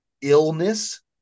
illness